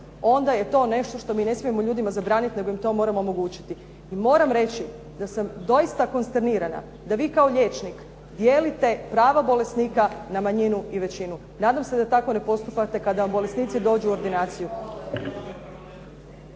onda je to nešto što mi ne smijemo ljudima zabraniti, nego im to moramo omogućiti. I moram reći da sam doista konstanirana da vi kao liječnik dijelite prava bolesnika na manjinu i većinu. Nadam se da tako ne postupate kada vam bolesnici dođu u ordinaciju.